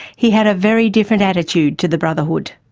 he had a very different attitude to the brotherhood.